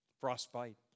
frostbite